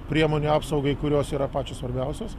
priemonių apsaugai kurios yra pačios svarbiausios